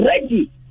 ready